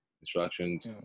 instructions